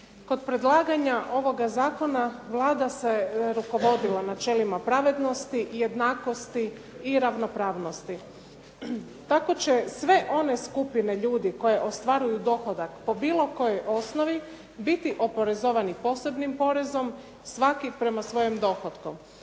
Kod predlaganja ovoga zakona Vlada se rukovodila načelima pravednosti, jednakosti i ravnopravnosti. Tako će sve one skupine ljudi koje ostvaruju dohodak po bilo kojoj osnovi biti oporezovani posebnim porezom, svaki prema svojem dohotku.